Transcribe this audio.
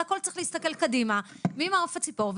על הכול צריך להסתכל קדימה ממעוף הציפור,